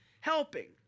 helping